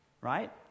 right